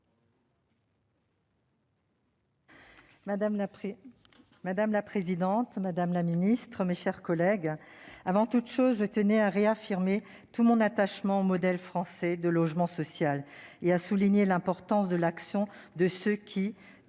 Madame la présidente, madame la ministre, mes chers collègues, avant toute chose, je tiens à réaffirmer tout mon attachement au modèle français du logement social et à souligner l'importance de l'action de ceux qui,